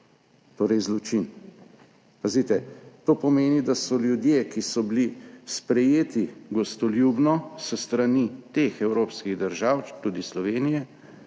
Torej zločin. Pazite, to pomeni, da so ljudje, ki so bili sprejeti gostoljubno s strani teh evropskih držav, tudi Slovenije,